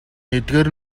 эдгээр